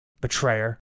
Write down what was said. Betrayer